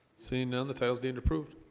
seeing none the titles deemed approved